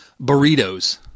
burritos